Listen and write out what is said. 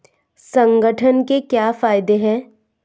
संगठन के क्या फायदें हैं?